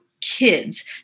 kids